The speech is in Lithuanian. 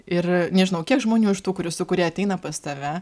ir nežinau kiek žmonių iš tų kurių su kurie ateina pas tave